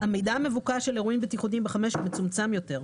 המידע המבוקש על אירועים בטיחותיים ב-(5) מצומצם יותר.